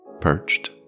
perched